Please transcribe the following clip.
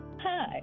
Hi